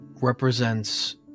represents